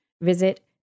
Visit